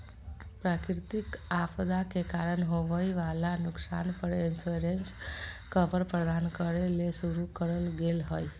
प्राकृतिक आपदा के कारण होवई वला नुकसान पर इंश्योरेंस कवर प्रदान करे ले शुरू करल गेल हई